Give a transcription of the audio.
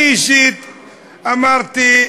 אני אישית אמרתי: